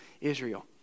Israel